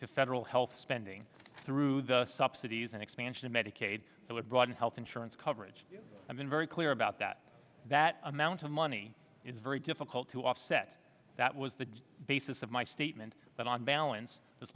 to federal health spending through the subsidies and expansion of medicaid broaden health insurance coverage i've been very clear about that that amount of money is difficult to offset that was the basis of my statement that on balance this